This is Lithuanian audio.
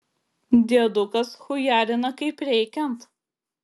diedukas chujarina kaip reikiant